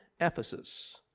Ephesus